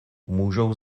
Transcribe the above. můžou